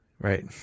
Right